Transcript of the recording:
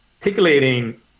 articulating